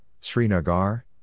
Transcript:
Srinagar